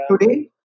today